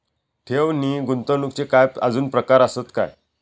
ठेव नी गुंतवणूकचे काय आजुन प्रकार आसत काय?